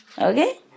Okay